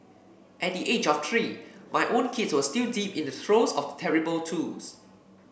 at the age of three my own kids were still deep in the throes of terrible twos